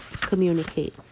communicate